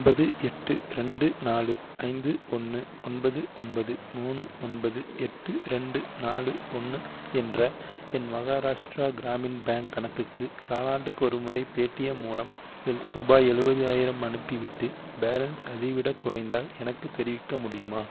ஒன்பது எட்டு ரெண்டு நாலு ஐந்து ஒன்று ஒன்பது ஒன்பது மூணு ஒன்பது எட்டு ரெண்டு நாலு ஒன்று என்ற என் மஹாராஷ்டிரா கிராமின் பேங்க் கணக்குக்கு காலாண்டுக்கு ஒருமுறை பேடிஎம் மூலம் ரூபாய் எழுபது ஆயிரம் அனுப்பிவிட்டு பேலன்ஸ் அதைவிடக் குறைந்தால் எனக்குத் தெரிவிக்க முடியுமா